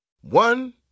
One